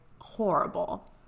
horrible